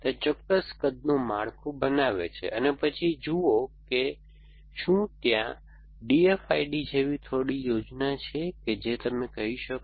તે ચોક્કસ કદનું માળખું બનાવે છે અને પછી જુઓ કે શું ત્યાં DFID જેવી થોડી યોજના છે કે જે તમે કહી શકો